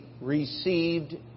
Received